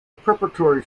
preparatory